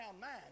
mind